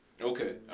Okay